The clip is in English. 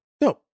No